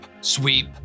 sweep